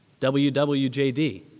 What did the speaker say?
WWJD